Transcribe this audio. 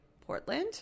Portland